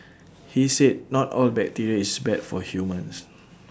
he said not all bacteria is bad for humans